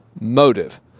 Motive